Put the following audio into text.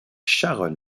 sharon